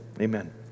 amen